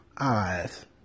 eyes